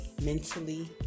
mentally